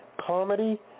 comedy